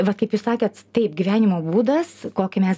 vat kaip jūs sakėt taip gyvenimo būdas kokį mes